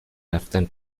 رفتن